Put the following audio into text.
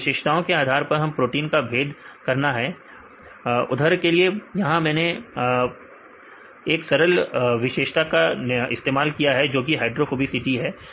तो विशेषताओं के आधार पर हमें प्रोटीन का भेद करना है उंदरा उधर के लिए यहां मैंने एक सरल विशेषता का इस्तेमाल किया है जोकि हाइड्रोफोबिसिटी है